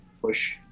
push